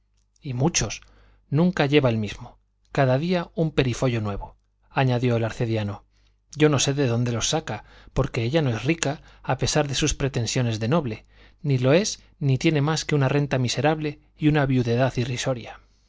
y muchos nunca lleva el mismo cada día un perifollo nuevo añadió el arcediano yo no sé de dónde los saca porque ella no es rica a pesar de sus pretensiones de noble ni lo es ni tiene más que una renta miserable y una viudedad irrisoria